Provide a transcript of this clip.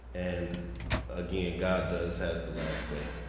and again, god does has the last say.